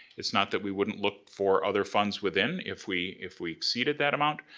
it's not that we wouldn't look for other funds within if we if we exceeded that amount,